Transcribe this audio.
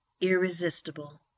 irresistible